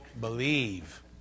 believe